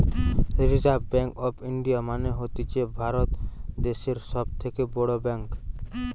reserve bank of India মানে হতিছে ভারত দ্যাশের সব থেকে বড় ব্যাঙ্ক